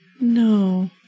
No